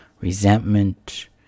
Resentment